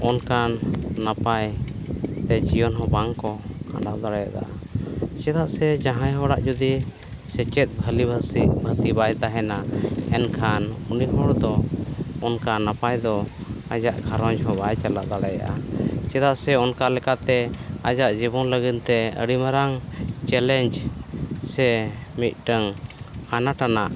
ᱚᱱᱠᱟᱱ ᱱᱟᱯᱟᱭ ᱛᱮ ᱡᱤᱭᱚᱱ ᱦᱚᱸ ᱵᱟᱝᱠᱚ ᱠᱷᱟᱱᱰᱟᱣ ᱫᱟᱲᱮᱭᱟᱫᱟ ᱪᱮᱫᱟᱜ ᱥᱮ ᱡᱟᱦᱟᱸᱭ ᱦᱚᱲᱟᱜ ᱡᱩᱫᱤ ᱥᱮᱪᱮᱫ ᱵᱷᱟᱹᱞᱤᱵᱟᱹᱥᱤ ᱩᱱᱱᱚᱛᱤ ᱵᱟᱭ ᱛᱟᱦᱮᱱᱟᱮᱱᱠᱷᱟᱱ ᱩᱱᱤ ᱦᱚᱲ ᱫᱚ ᱚᱱᱠᱟ ᱱᱟᱯᱟᱭ ᱫᱚ ᱟᱭᱟᱜ ᱜᱷᱟᱨᱚᱸᱡᱽ ᱫᱚ ᱵᱟᱭ ᱪᱟᱞᱟᱣ ᱫᱟᱲᱮᱭᱟᱜᱼᱟ ᱪᱮᱫᱟᱜ ᱥᱮ ᱚᱱᱠᱟ ᱞᱮᱠᱟᱛᱮ ᱟᱭᱟᱜ ᱡᱤᱵᱚᱱ ᱞᱟᱹᱜᱤᱫ ᱛᱮ ᱟᱹᱰᱤ ᱢᱟᱨᱟᱝ ᱪᱮᱞᱮᱧᱡᱽ ᱥᱮ ᱢᱤᱫᱴᱟᱝ ᱟᱱᱟᱴ ᱟᱱᱟᱜ